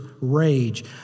rage